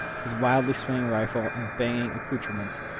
his wildly swinging rifle, and banging accouterments,